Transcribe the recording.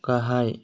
गाहाय